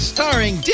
Starring